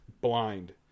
blind